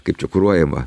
kaip čia kuruojama